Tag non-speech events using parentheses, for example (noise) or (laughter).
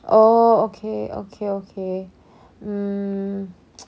oh okay okay okay mm (noise)